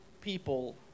people